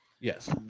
Yes